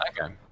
Okay